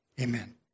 amen